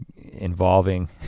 involving